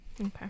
Okay